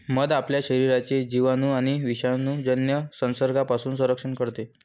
मध आपल्या शरीराचे जिवाणू आणि विषाणूजन्य संसर्गापासून संरक्षण करते